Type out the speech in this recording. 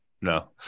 no